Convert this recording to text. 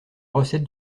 recette